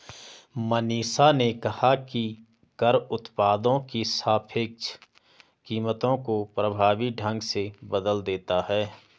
मनीषा ने कहा कि कर उत्पादों की सापेक्ष कीमतों को प्रभावी ढंग से बदल देता है